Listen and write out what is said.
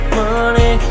money